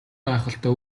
гайхалтай